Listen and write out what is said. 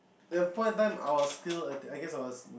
that point of time I was still a I guess I was